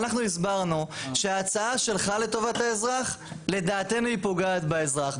אנחנו הסברנו שההצעה שלך לטובת האזרח לדעתנו היא פוגעת באזרח.